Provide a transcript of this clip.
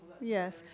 yes